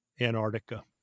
Antarctica